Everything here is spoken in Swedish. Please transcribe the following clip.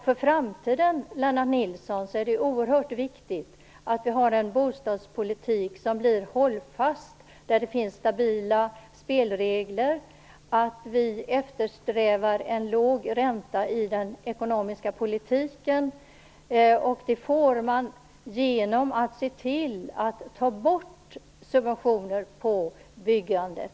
För framtiden, Lennart Nilsson, är det oerhört viktigt att vi har en bostadspolitik som blir hållfast och där det finns stabila spelregler, samt att vi eftersträvar en låg ränta i den ekonomiska politiken. Det får man genom att se till att ta bort subventioner på byggandet.